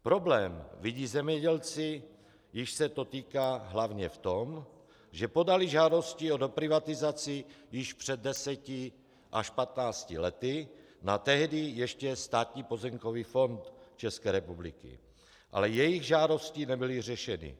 Problém vidí zemědělci, jichž se to týká, hlavně v tom, že podali žádosti o doprivatizaci již před deseti až patnácti lety na tehdy ještě Státní pozemkový fond České republiky, ale jejich žádosti nebyly řešeny.